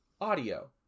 Audio